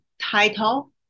title